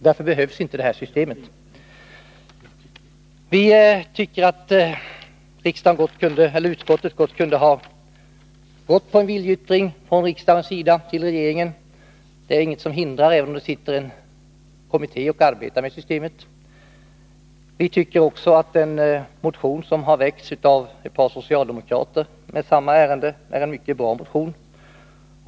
Därför behövs inte det här bestraffningssystemet. Vi tycker att utskottet gott kunde ha gått med på en viljeyttring från riksdagens sida till regeringen. Detta hindras inte av att en kommitté arbetar med frågorna. Vi tycker också att den motion som väckts av ett par socialdemokrater i samma ärende är en mycket bra motion.